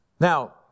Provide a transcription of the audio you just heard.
Now